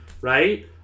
right